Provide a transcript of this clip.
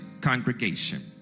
congregation